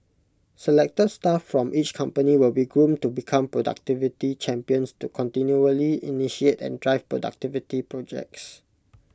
selected staff from each company will be groomed to become productivity champions to continually initiate and drive productivity projects